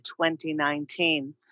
2019